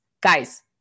guys